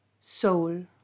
Soul